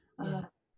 Yes